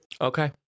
Okay